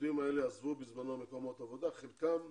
העובדים האלה עזבו בזמנו מקומות עבודה, חלקם,